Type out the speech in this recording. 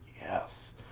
yes